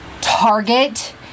target